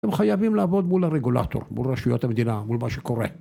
הם חייבים לעבוד מול הרגולטור, מול רשויות המדינה, מול מה שקורה.